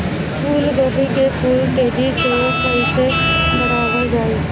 फूल गोभी के फूल तेजी से कइसे बढ़ावल जाई?